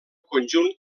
conjunt